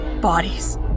bodies